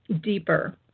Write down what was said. deeper